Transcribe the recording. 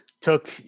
took